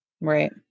Right